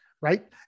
right